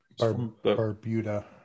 Barbuda